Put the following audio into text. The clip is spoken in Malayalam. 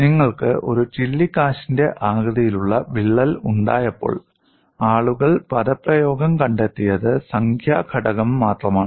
നിങ്ങൾക്ക് ഒരു ചില്ലിക്കാശിന്റെ ആകൃതിയിലുള്ള വിള്ളൽ ഉണ്ടായപ്പോൾ ആളുകൾ പദപ്രയോഗം കണ്ടെത്തിയത് സംഖ്യാ ഘടകം മാത്രമാണ്